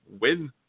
win